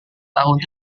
tahun